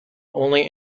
only